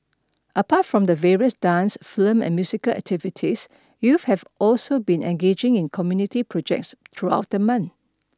apart from the various dance film and musical activities youths have also be engaging in community projects throughout the month